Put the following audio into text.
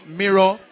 mirror